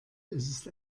ist